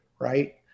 right